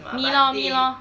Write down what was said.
me lor me lor